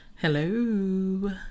Hello